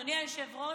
אדוני היושב-ראש,